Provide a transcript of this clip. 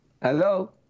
Hello